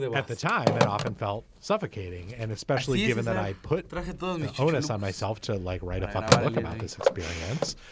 at the time it often felt suffocating and especially given that i'd put the onus on myself to like write a fucking book about this experience.